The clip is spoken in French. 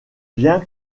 bien